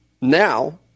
Now